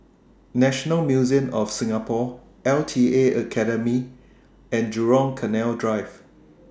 National Museum of Singapore LTA Academy and Jurong Canal Drive